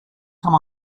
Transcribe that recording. come